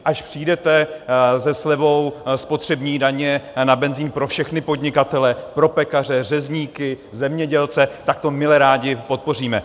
Až přijdete se slevou spotřební daně na benzin pro všechny podnikatele, pro pekaře, řezníky, zemědělce, tak to mile rádi podpoříme.